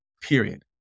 period